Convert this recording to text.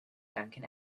duncan